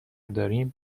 داریم